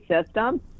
system